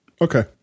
Okay